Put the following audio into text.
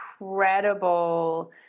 incredible